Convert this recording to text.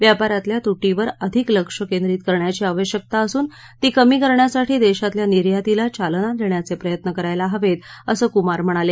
व्यापारातल्या तूटीवर अधिक लक्ष केंद्रीत करण्याची आवश्यकता असून ती कमी करण्यासाठी देशातल्या निर्यातीला चालना देण्याचे प्रयत्न करायला हवेत असं कुमार म्हणाले